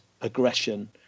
aggression